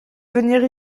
venir